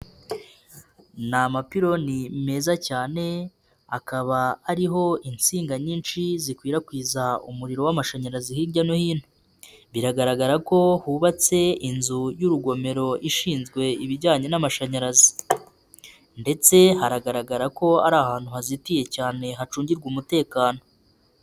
Ni amapironi meza cyane, akaba ariho insinga nyinshi zikwirakwiza umuriro w'amashanyarazi hirya no hino, biragaragara ko hubatse inzu y'urugomero ishinzwe ibijyanye n'amashanyarazi ndetse hagaragara ko ari ahantu hazitiye cyane hacungirwa umutekano.